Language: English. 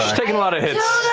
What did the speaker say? taken a lot of hits.